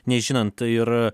nežinant ir